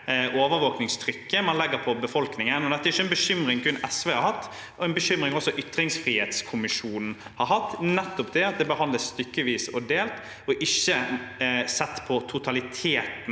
overvåkningstrykket man legger på befolkningen. Dette er ikke en bekymring kun SV har hatt. Det er en bekymring også ytringsfrihetskommisjonen har hatt – nettopp det at det behandles stykkevis og delt, at man ikke har sett på totaliteten